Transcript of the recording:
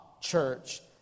church